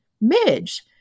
Midge